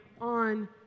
on